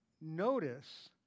notice